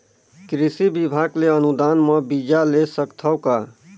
कृषि विभाग ले अनुदान म बीजा ले सकथव का?